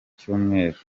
cyumweru